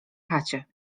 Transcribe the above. chacie